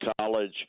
college